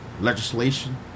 legislation